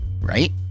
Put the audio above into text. right